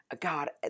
God